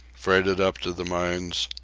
freighted up to the mines,